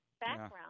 background